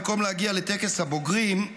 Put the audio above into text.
במקום להגיע לטקס הבוגרים,